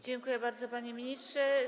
Dziękuję bardzo, panie ministrze.